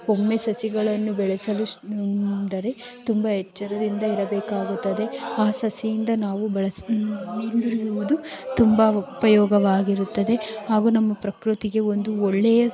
ಒಮ್ಮೆ ಸಸಿಗಳನ್ನು ಬೆಳೆಸಲು ಅಂದರೆ ತುಂಬ ಎಚ್ಚರದಿಂದ ಇರಬೇಕಾಗುತ್ತದೆ ಆ ಸಸಿಯಿಂದ ನಾವು ಬಳಸು ಇರುವುದು ತುಂಬ ಉಪಯೋಗವಾಗಿರುತ್ತದೆ ಹಾಗೂ ನಮ್ಮ ಪ್ರಕೃತಿಗೆ ಒಂದು ಒಳ್ಳೆಯ